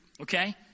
okay